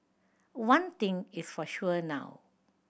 one thing is for sure now